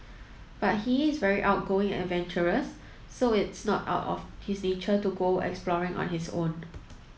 but he's very outgoing and adventurous so it's not out of his nature to go exploring on his own